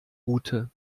gute